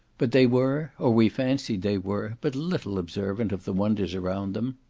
but they were, or we fancied they were, but little observant of the wonders around them.